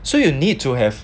so you need to have